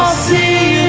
c